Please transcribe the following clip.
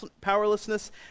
powerlessness